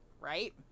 right